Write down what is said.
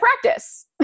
practice